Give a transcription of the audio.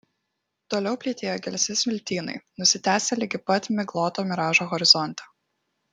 toliau plytėjo gelsvi smiltynai nusitęsę ligi pat migloto miražo horizonte